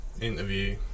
Interview